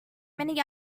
many